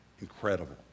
Incredible